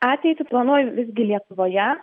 ateitį planuoju visgi lietuvoje